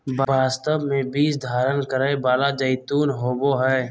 वास्तव में बीज धारण करै वाला जैतून होबो हइ